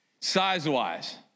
size-wise